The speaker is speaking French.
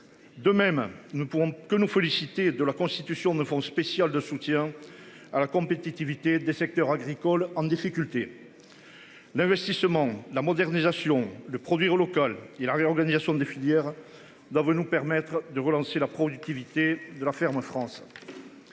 De même, nous pouvons que nous féliciter de la constitution de fonds spécial de soutien à la compétitivité des secteurs agricoles en difficulté. L'investissement, la modernisation le produire local et la réorganisation des filières doivent nous permettre de relancer la productivité de la ferme France.